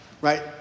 Right